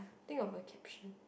think of a caption